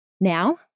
Now